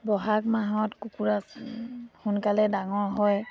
বহাগ মাহত কুকুৰা সোনকালে ডাঙৰ হয়